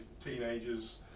teenagers